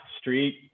street